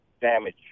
damage